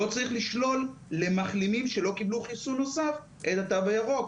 לא צריך לשלול למחלימים שלא קיבלו חיסון נוסף את התו הירוק.